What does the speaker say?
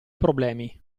problemi